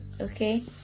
okay